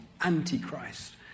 Antichrist